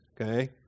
okay